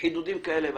חידודים כאלה ואחרים.